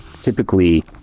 typically